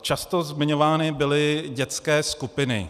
Často zmiňovány byly dětské skupiny.